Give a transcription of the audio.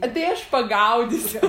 a tai aš pagaudysiu